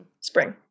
Spring